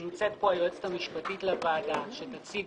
נמצאת פה היועצת המשפטית של הוועדה שתציג